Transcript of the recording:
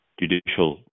judicial